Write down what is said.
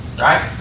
right